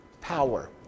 power